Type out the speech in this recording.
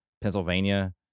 Pennsylvania